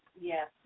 Yes